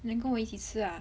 then 跟我一起吃 ah